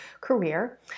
career